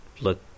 look